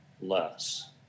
less